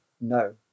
no